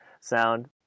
sound